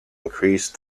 increase